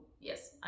yes